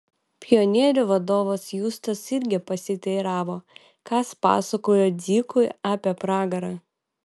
pionierių vadovas justas irgi pasiteiravo kas pasakojo dzikui apie pragarą